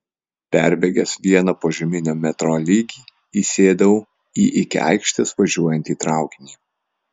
perbėgęs vieną požeminio metro lygį įsėdau į iki aikštės važiuojantį traukinį